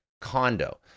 condo